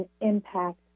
impact